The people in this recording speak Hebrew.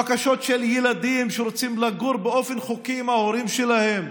בקשות של ילדים שרוצים לגור באופן חוקי עם ההורים שלהם,